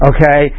Okay